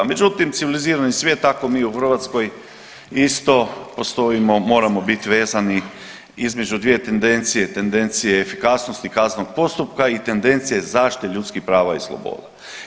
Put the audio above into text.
Međutim, civilizirani svijet, tako i mi u Hrvatskoj isto postojimo, moramo bit vezani između dvije tendencije, tendencije efikasnosti kaznenog postupka i tendencije zaštite ljudskih prava i sloboda.